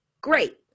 Great